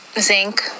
zinc